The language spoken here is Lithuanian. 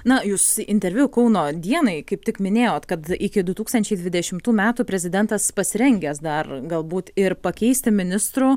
na jūs interviu kauno dienai kaip tik minėjot kad iki du tūkstančiai dvidešimtų metų prezidentas pasirengęs dar galbūt ir pakeisti ministrų